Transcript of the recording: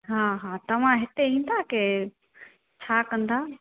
हा हा तव्हां हिते ईंदा की छा कंदा